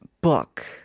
book